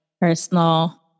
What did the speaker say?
personal